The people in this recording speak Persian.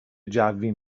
جوی